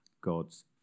God's